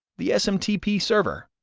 the smtp server,